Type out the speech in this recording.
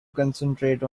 concentrate